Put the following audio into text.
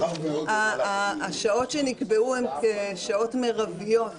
השעות שנקבעו הן שעות מרביות.